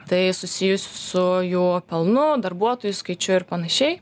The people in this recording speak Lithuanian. tai susijusių su jų pelnu darbuotojų skaičiu ir panašiai